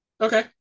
Okay